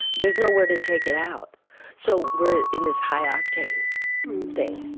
there's nowhere to take it out so we're in this high octane thing.